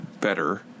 better